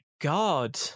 God